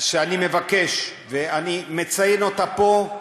שאני מבקש, ואני מציין אותה פה,